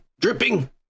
dripping